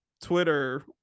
twitter